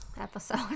episode